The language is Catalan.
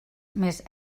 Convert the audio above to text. més